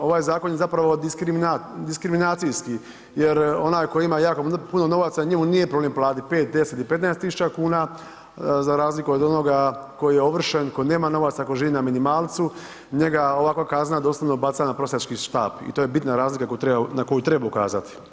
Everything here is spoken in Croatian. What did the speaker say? Ovaj zakon je zapravo diskriminacijski jer onaj tko ima jako puno novaca, njemu nije problem platiti 5, 10 i 15 tisuća kuna, za razliku od onoga koji je ovršen, tko nema novaca, tko živi na minimalcu, njega ovakva kazna doslovno baca na prosjački štap i to je bitna razlika na koju treba ukazati.